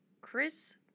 Chris